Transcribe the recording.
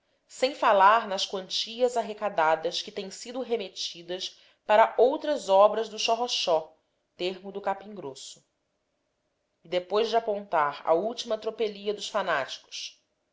sem falar nas quantias arrecadadas que têm sido remetidas para outras obras do xorroxó termo do capim grosso e depois de apontar a última tropelia dos fanáticos